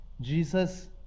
Jesus